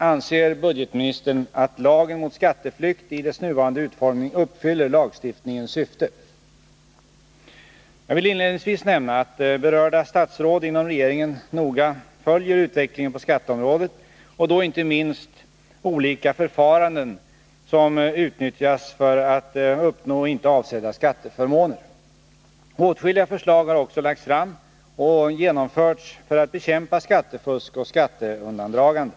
Anser budgetministern att lagen mot skatteflykt i dess nuvarande utformning uppfyller lagstiftningens syfte? Jag vill inledningsvis nämna att berörda statsråd inom regeringen noga följer utvecklingen på skatteområdet och då inte minst olika förfaranden som utnyttjas för att uppnå inte avsedda skatteförmåner. Åtskilliga förslag har också lagts fram och genomförts för att bekämpa skattefusk och skatteundandragande.